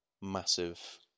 massive